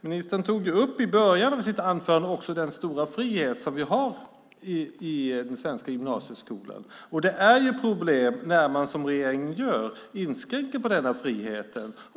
Ministern tog upp i början av sitt anförande också den stora frihet som vi har i den svenska gymnasieskolan. Det blir problem när regeringen inskränker denna frihet.